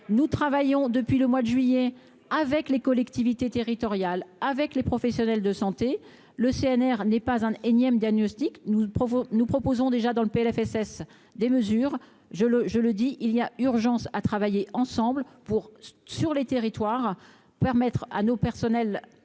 nous travaillons depuis le mois de juillet avec les collectivités territoriales, avec les professionnels de santé, le CNR n'est pas un énième diagnostic, nous, nous proposons déjà dans le PLFSS des mesures je le, je le dis, il y a urgence à travailler ensemble pour sur les territoires, permettre à nos personnels